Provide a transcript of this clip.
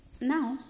now